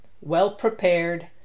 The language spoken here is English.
well-prepared